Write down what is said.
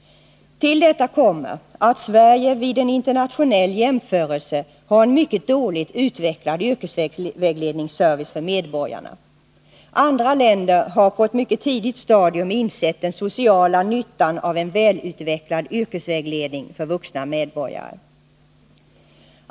Till detta kommer att Sverige vid en internationell jämförelse har en mycket dåligt utvecklad yrkesvägledningsservice för medborgarna. Andra länder har på ett mycket tidigt stadium insett den sociala nyttan av en välutvecklad yrkesvägledning för vuxna medborgare.